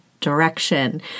direction